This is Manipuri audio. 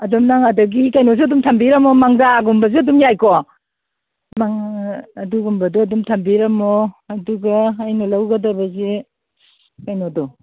ꯑꯗꯣ ꯅꯪ ꯑꯗꯒꯤ ꯀꯩꯅꯣꯁꯨ ꯑꯗꯨꯝ ꯊꯝꯕꯤꯔꯝꯃꯣ ꯃꯪꯒ꯭ꯔꯥꯒꯨꯝꯕꯁꯨ ꯑꯗꯨꯝ ꯌꯥꯏꯀꯣ ꯑꯗꯨꯒꯨꯝꯕꯗꯨ ꯑꯗꯨꯝ ꯊꯝꯕꯤꯔꯝꯃꯣ